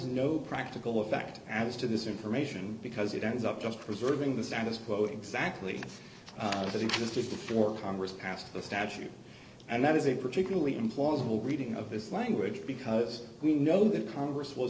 no practical effect as to this information because it ends up just preserving the status quo exactly as it was just before congress passed the statute and that is a particularly implausible reading of this language because we know that congress was